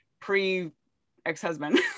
pre-ex-husband